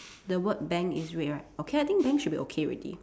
the word bank is red right okay I think bank should be okay already